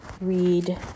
Read